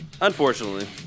Unfortunately